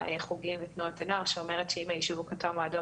החוגים ותנועות הנוער שאומרת שאם היישוב הוא כתום או אדום